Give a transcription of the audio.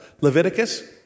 Leviticus